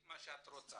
נקיים